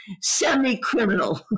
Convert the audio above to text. Semi-criminal